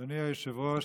אדוני היושב-ראש,